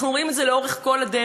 אנחנו רואים את זה לאורך כל הדרך.